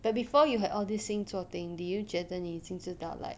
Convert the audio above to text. but before you had all these 星座 thing did you 觉得你已经知道 like